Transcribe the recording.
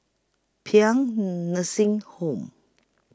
Paean Nursing Home